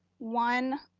one.